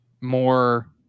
more